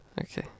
okay